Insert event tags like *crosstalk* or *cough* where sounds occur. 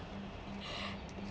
*breath*